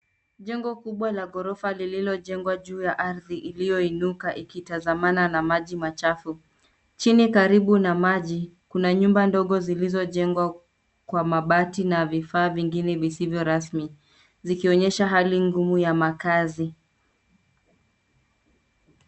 Jengo kubwa la ghorofa lilojengwa juu aradhi ulioinuka ikitazamana maji machafu, jini karibu na maji kuna nyumba ndogo zilizojengwa kwa mabati na vifaa vingine vizivyo rasmi, zikionyesha hali ngumu ya maakazi.